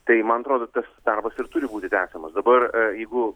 tai man atrodo tas darbas ir turi būti tęsiamas dabar jeigu